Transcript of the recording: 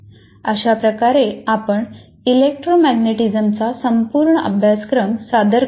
अशाप्रकारे आपण इलेक्ट्रोमॅग्नेटिझमचा संपूर्ण अभ्यासक्रम सादर करतो